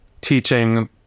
teaching